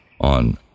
on